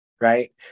Right